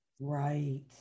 Right